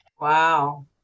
Wow